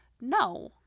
No